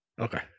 Okay